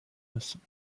müssen